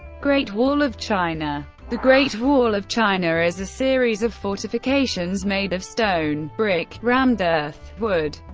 great wall of china the great wall of china is a series of fortifications made of stone, brick, rammed earth, wood,